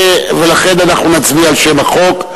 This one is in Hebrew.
ולכן אנחנו נצביע על שם החוק.